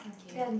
okay